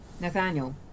Nathaniel